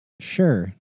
sure